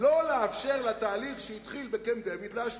לא לאפשר לתהליך שהתחיל בקמפ-דייוויד להשלים.